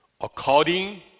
according